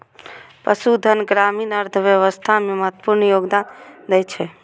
पशुधन ग्रामीण अर्थव्यवस्था मे महत्वपूर्ण योगदान दै छै